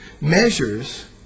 measures